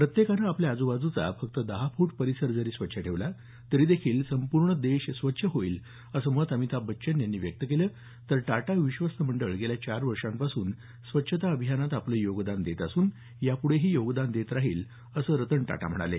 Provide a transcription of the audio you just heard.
प्रत्येकानं आपल्या आजूबाजूचा फक्त दहा फूट परिसर जरी स्वच्छ ठेवला तरी देखील संपूर्ण देश स्वच्छ होईल असं मत अमिताभ बच्चन यांनी व्यक्त केलं तर टाटा विश्वस्त मंडळ गेल्या चार वर्षांपासून स्वच्छता अभियानात आपलं योगदान देत असून याप्ढेही योगदान देत राहिल असं रतन टाटा म्हणाले